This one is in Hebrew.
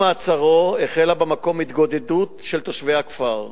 עם מעצרו החלה במקום התגודדות של תושבי הכפר.